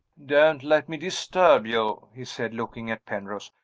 don't let me disturb you, he said, looking at penrose.